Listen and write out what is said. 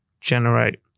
generate